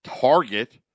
Target